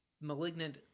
malignant